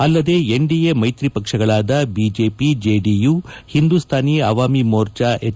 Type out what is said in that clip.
ಅಲ್ಲದೇ ಎನ್ಡಿಎ ಮೈತ್ರಿ ಪಕ್ಷಗಳಾದ BJP JDU Hindustani Awami Morcha H